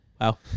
Wow